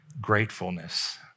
gratefulness